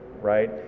right